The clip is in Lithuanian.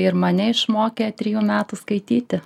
ir mane išmokė trijų metų skaityti